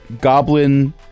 goblin